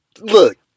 look